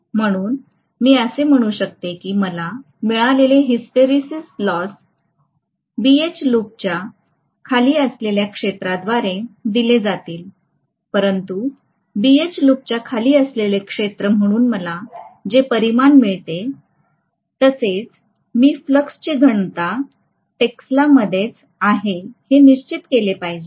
म्हणून मी असे म्हणू शकते की मला मिळालेले हिस्टेरिसिस तोटा BH लूपच्या खाली असलेल्या क्षेत्राद्वारे दिले जाईल परंतु BH लूपच्या खाली असलेले क्षेत्र म्हणून मला जे परिमाण मिळते तसेच मी फ्लक्सची घनता टेक्सलामध्येच आहे हे निश्चित केले पाहिजे